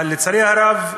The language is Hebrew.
אבל לצערי הרב,